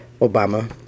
Obama